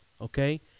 okay